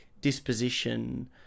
disposition